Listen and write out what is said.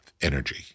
energy